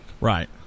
Right